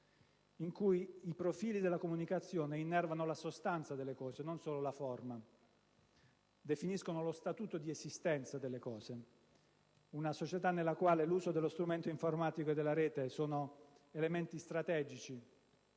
in cui i profili della comunicazione innervano la sostanza, e non solo la forma, delle cose, definiscono lo statuto di esistenza delle cose; una società nella quale l'uso dello strumento informatico e della rete è elemento strategico